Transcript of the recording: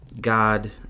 God